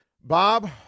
Bob